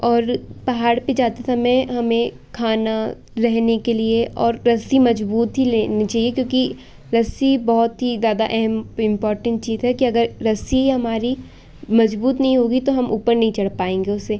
और पहाड़ पर जाते समय हमें खाना रहने के लिए और रस्सी मज़बूत ही लेनी चाहिए क्योंकि रस्सी बहुत ही ज़्यादा अहम इंपोर्टेंट चीज़ है कि अगर रस्सी ही हमारी मज़बूत नहीं होगी तो हम ऊपर नहीं चढ़ पाएँगे उससे